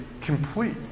complete